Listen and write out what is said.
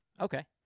Okay